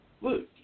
Look